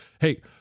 Hey